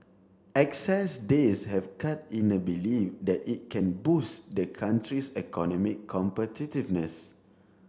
excess days have cut in a belief that it can boost the country's economic competitiveness